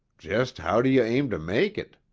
just how do you aim to make it?